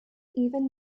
even